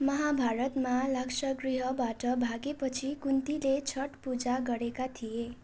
महाभारतमा लाक्षागृहबाट भागेपछि कुन्तीले छठ पूजा गरेका थिए